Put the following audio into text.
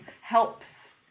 helps